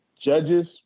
Judges